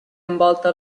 envolta